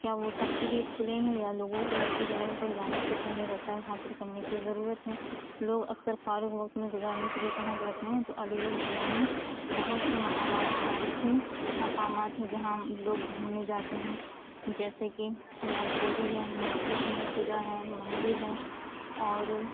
کیا وہ سب کے لیے کھلے ہیں یا لوگوں کو ایسے جگہوں پر جانے سے پہلے رسائی حاصل کرنے کی ضرورت ہے لوگ اکثر فارغ وقت میں گزارنے کے لیے کہاں جاتے ہیں تو علی گڑھ ضلع میں بہت سے مقامات تاریخی مقامات ہیں جہاں لوگ گھومنے جاتے ہیں جیسے کی لائبریری ہے مسجد ہے قلعہ ہے مندر ہے اور